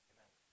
Amen